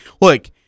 Look